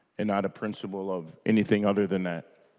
and not a principle of anything other than that.